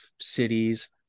Cities